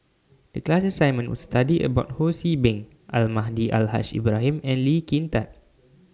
The class assignment was study about Ho See Beng Almahdi Al Haj Ibrahim and Lee Kin Tat